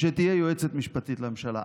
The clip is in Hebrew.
שתהיה יועצת משפטית לממשלה.